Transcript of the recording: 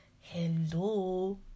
hello